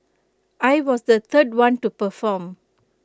I was the third one to perform